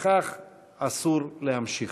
כך אסור להמשיך.